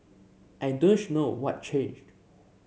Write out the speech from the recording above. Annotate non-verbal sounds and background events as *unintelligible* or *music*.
I *unintelligible* know what changed